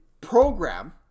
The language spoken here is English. program